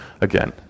again